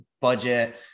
budget